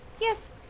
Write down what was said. yes